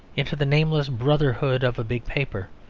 into the nameless brotherhood of a big paper,